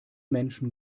menschen